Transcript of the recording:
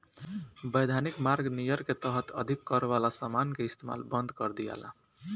वैधानिक मार्ग नियर के तहत अधिक कर वाला समान के इस्तमाल बंद कर दियाला